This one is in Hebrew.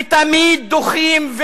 ותמיד דוחים,